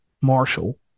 Marshall